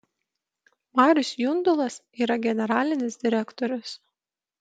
marius jundulas yra generalinis direktorius